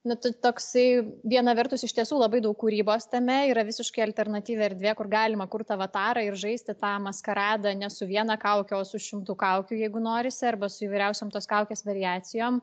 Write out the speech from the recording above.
nu tu toksai viena vertus iš tiesų labai daug kūrybos tame yra visiškai alternatyvi erdvė kur galima kurt avatarą ir žaisti tą maskaradą nes viena kauke o su šimtu kaukių jeigu norisi arba su įvairiausiom tos kaukės variacijom